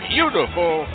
beautiful